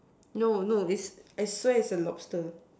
no no is not I swear is a lobster